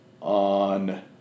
On